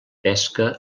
pesca